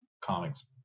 Comics